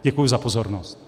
Děkuji za pozornost.